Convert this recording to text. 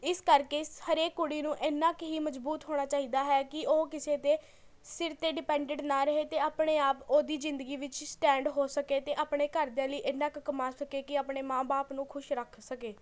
ਇਸ ਕਰਕੇ ਸ ਹਰੇਕ ਕੁੜੀ ਨੂੰ ਇੰਨਾਂ ਕੁ ਹੀ ਮਜ਼ਬੂਤ ਹੋਣਾ ਚਾਹੀਦਾ ਹੈ ਕਿ ਉਹ ਕਿਸੇ ਦੇ ਸਿਰ 'ਤੇ ਡਿਪੈਨਡੀਡ ਨਾ ਰਹੇ ਅਤੇ ਆਪਣੇ ਆਪ ਓਹਦੀ ਜ਼ਿੰਦਗੀ ਵਿੱਚ ਸਟੈਂਡ ਹੋ ਸਕੇ ਅਤੇ ਆਪਣੇ ਘਰਦਿਆਂ ਲਈ ਇੰਨਾਂ ਕੁ ਕਮਾ ਸਕੇ ਕਿ ਆਪਣੇ ਮਾਂ ਬਾਪ ਨੂੰ ਖੁਸ਼ ਰੱਖ ਸਕੇ